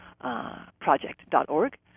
project.org